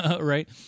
right